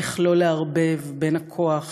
איך לא לערבב בין הכוח